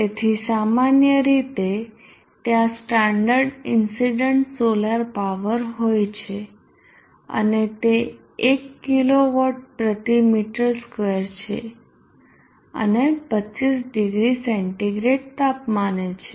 તેથી સામાન્ય રીતે ત્યાં સ્ટાન્ડર્ડ ઇન્સીડન્ટ સોલાર પાવર હોય છે અને તે એક કિલોવોટ પ્રતિ મીટર સ્ક્વેર છે અને 25 ડિગ્રી સેન્ટીગ્રેડ તાપમાને છે